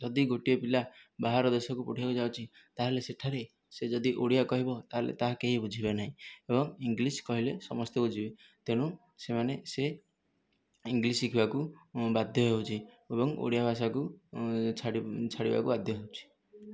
ଯଦି ଗୋଟିଏ ପିଲା ବାହାର ଦେଶକୁ ପଢ଼ିବାକୁ ଯାଉଛି ତାହେଲେ ସେଠାରେ ସେ ଯଦି ଓଡ଼ିଆ କହିବ ତାହେଲେ ତାହା କେହି ବୁଝିବେ ନାହିଁ ଏବଂ ଇଂଲିଶ୍ କହିଲେ ସମସ୍ତେ ବୁଝିବେ ତେଣୁ ସେମାନେ ସେ ଇଂଲିଶ୍ ଶିଖିବାକୁ ବାଧ୍ୟ ହେଉଛି ଏବଂ ଓଡ଼ିଆ ଭାଷାକୁ ଛାଡ଼ି ଛାଡ଼ିବାକୁ ବାଧ୍ୟ ହେଉଛି